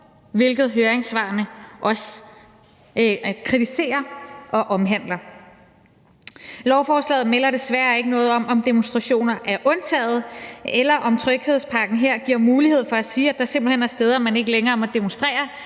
hvilket høringssvarene også kritiserer. Lovforslaget melder desværre ikke noget om, om demonstrationer er undtaget, eller om tryghedspakken her giver mulighed for at sige, at der simpelt hen er steder, hvor man ikke længere må demonstrere,